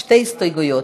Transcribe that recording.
שתי הסתייגויות.